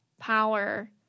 power